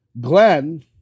Glenn